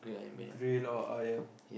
grill or ayam ya